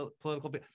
political